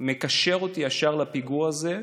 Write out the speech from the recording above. מקשר אותי ישר לפיגוע הזה,